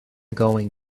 going